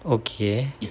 okay